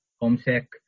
homesick